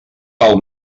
pel